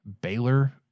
Baylor